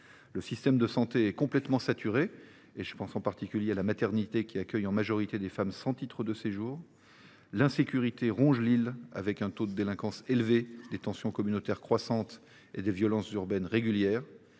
le système de santé est complètement saturé – je pense en particulier à la maternité qui accueille, en majorité, des femmes sans titre de séjour ; l’insécurité ronge l’île, avec un taux de délinquance élevé, des tensions communautaires croissantes et des violences urbaines régulières